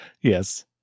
yes